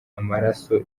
amaraso